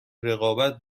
رقابت